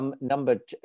Number